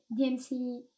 DMC